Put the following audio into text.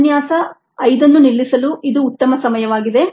ಉಪನ್ಯಾಸ 5 ಅನ್ನು ನಿಲ್ಲಿಸಲು ಇದು ಉತ್ತಮ ಸಮಯವಾಗಿದೆ